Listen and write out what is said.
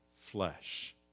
flesh